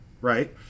right